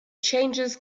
changes